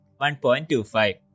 1.25